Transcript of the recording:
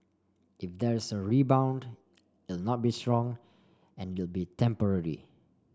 if there's a rebound it'll not be strong and it'll be temporary